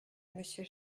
monsieur